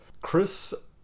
Chris